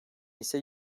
ise